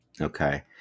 Okay